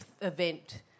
event